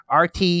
RT